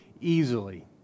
easily